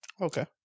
Okay